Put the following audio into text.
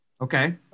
Okay